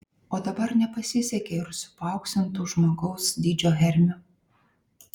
o dabar nepasisekė ir su paauksintu žmogaus dydžio hermiu